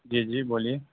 جی جی بولیے